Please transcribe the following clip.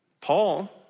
Paul